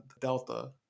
Delta